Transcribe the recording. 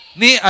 ni